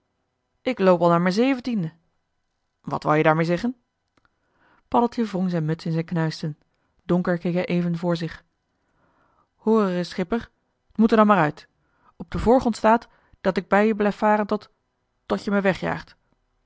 k loop al naar m'n zeventiende wat wou je daarmee zeggen paddeltje wrong zijn muts in zijn knuisten donker keek hij even voor zich hoor ereis schipper t moet er dan maar uit op den voorgrond staat dat ik bij joe blijf varen tot tot je me wegjaagt